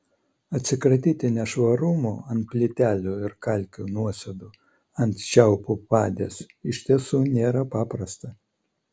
atsikratyti nešvarumų ant plytelių ir kalkių nuosėdų ant čiaupų padės iš tiesų nėra paprasta